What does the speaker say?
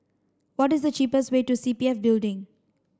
what is the cheapest way to C P F Building